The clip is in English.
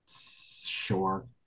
Sure